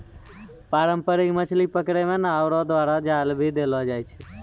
पारंपरिक मछली पकड़ै मे नांव रो द्वारा जाल भी देलो जाय छै